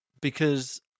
Because